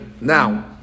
now